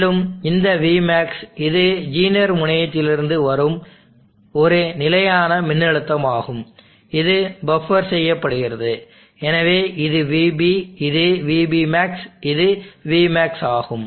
மேலும் இந்த Vmax இது ஜீனர் முனையத்திலிருந்து வரும் ஒரு நிலையான மின்னழுத்தமாகும் இது பஃப்பர் செய்யப்படுகிறது எனவே இது vB இது vBmax இது vmax ஆகும்